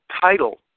title